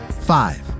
Five